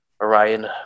Orion